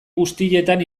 guztietan